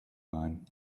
man